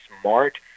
smart